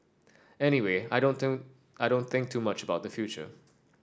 anyway I don't think I don't think too much about the future